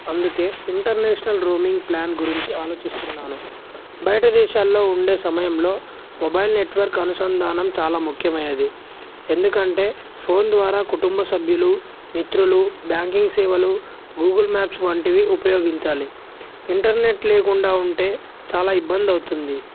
అందుకే international roaming plan గురించి ఆలోచిస్తున్నాను బయట దేశాల్లో ఉండే సమయంలో మొబైల్ నెట్వర్క్ అనుసంధానం చాలా ముఖ్యమైనది ఎందుకంటే ఫోన్ ద్వారా కుటుంబ సభ్యులు మిత్రులు బ్యాంకింగ్ సేవలు గూగుల్ మ్యాప్స్ వంటివి ఉపయోగించాలి ఇంటర్నెట్ లేకుండా ఉంటే చాలా ఇబ్బంది అవుతుంది